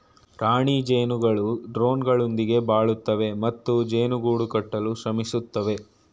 ರಾಣಿ ಜೇನುಗಳು ಡ್ರೋನ್ಗಳೊಂದಿಗೆ ಬಾಳುತ್ತವೆ ಮತ್ತು ಜೇನು ಗೂಡು ಕಟ್ಟಲು ಶ್ರಮಿಸುತ್ತವೆ